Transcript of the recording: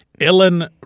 Ellen